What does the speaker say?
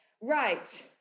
right